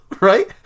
Right